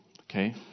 okay